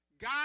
God